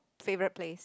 favorite place